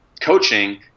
coaching